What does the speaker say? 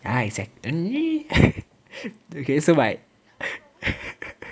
ya exac~ then K so like